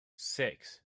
six